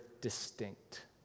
distinct